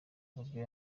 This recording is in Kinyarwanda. byo